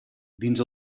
dins